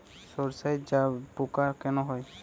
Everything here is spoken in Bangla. সর্ষায় জাবপোকা কেন হয়?